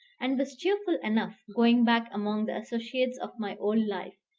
and was cheerful enough, going back among the associates of my old life,